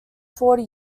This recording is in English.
forty